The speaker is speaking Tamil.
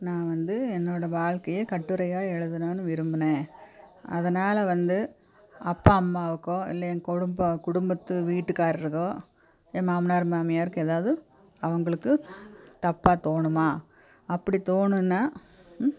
நான் வந்து என்னோடய வாழ்க்கையை கட்டுரையாக எழுதலாம்னு விரும்பினேன் அதனால் வந்து அப்பா அம்மாவுக்கோ இல்லை என் குடும்பம் குடும்பத்து வீட்டுக்காரருக்கோ என் மாமனார் மாமியாருக்கு ஏதாவுது அவங்குளுக்கு தப்பாக தோணுமா அப்படி தோணினா